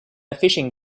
fishing